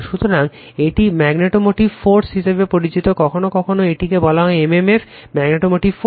সুতরাং এটি magnetomotive force হিসাবে পরিচিত কখনও কখনও এটিকে বলা হয় m m f তাই ম্যাগনেটোমোটিভ ফোর্স